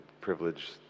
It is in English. privilege